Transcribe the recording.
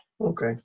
Okay